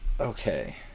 Okay